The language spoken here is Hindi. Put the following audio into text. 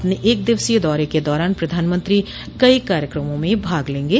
अपने एक दिवसीय दौरे के दौरान प्रधानमंत्री कई कार्यकमों में भाग लेंगे